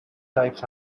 types